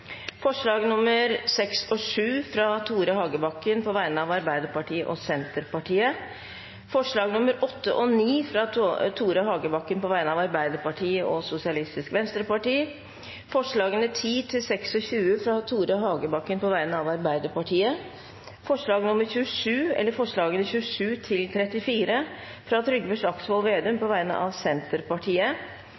forslag. Det er: forslagene nr. 1–5, fra Tore Hagebakken på vegne av Arbeiderpartiet, Senterpartiet og Sosialistisk Venstreparti forslagene nr. 6 og 7, fra Tore Hagebakken på vegne av Arbeiderpartiet og Senterpartiet forslagene nr. 8 og 9, fra Tore Hagebakken på vegne av Arbeiderpartiet og Sosialistisk Venstreparti forslagene nr. 10–26, fra Tore Hagebakken på vegne av Arbeiderpartiet forslagene nr. 27–34, fra Trygve Slagsvold